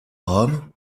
rome